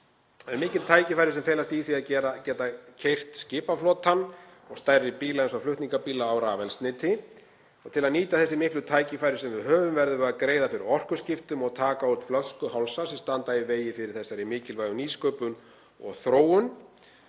Það eru mikil tækifæri sem felast í því að geta keyrt skipaflotann og stærri bíla eins og flutningabíla á rafeldsneyti og til að nýta þessi miklu tækifæri sem við höfum verðum við að greiða fyrir orkuskiptum og taka út flöskuhálsa sem standa í vegi fyrir þessari mikilvægu nýsköpun og þróun.